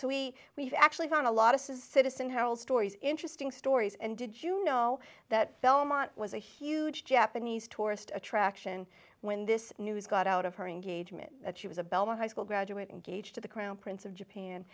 so we we've actually found a lot of his citizen her old stories interesting stories and did you know that belmont was a huge japanese tourist attraction when this news got out of her engagement that she was a bell high school graduate and gauge to the crown prince of japan